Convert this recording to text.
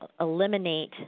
eliminate